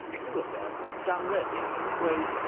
two of them, zhang ren and liu gui,